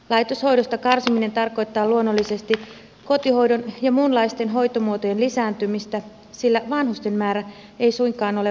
laitoshoidosta karsiminen tarkoittaa luonnollisesti kotihoidon ja muunlaisten hoitomuotojen lisääntymistä sillä vanhusten määrä ei suinkaan ole vähenemässä